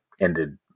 ended